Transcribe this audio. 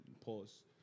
pause